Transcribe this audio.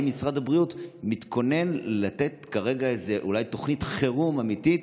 משרד הבריאות אולי מתכונן לתת כרגע תוכנית חירום אמיתית,